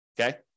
okay